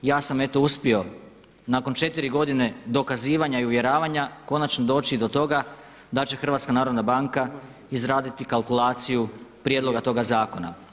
Ja sam eto uspio nakon 4 godine dokazivanja i uvjeravanja konačno doći do toga da će HNB izraditi kalkulaciju prijedloga toga zakona.